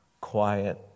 quiet